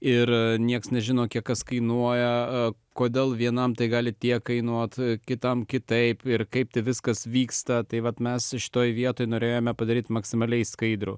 ir niekas nežino kiek kas kainuoja kodėl vienam tai gali tiek kainuoti kitam kitaip ir kaip viskas vyksta tai vat mes šitoje vietoj norėjome padaryti maksimaliai skaidrų